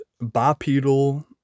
bipedal